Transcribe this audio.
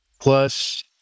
plus